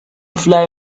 fly